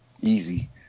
Easy